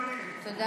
בשם אלוהים.